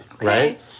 right